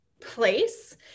place